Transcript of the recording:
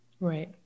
Right